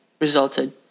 resulted